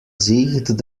zieht